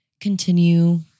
continue